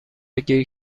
گیر